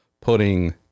putting